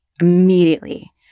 immediately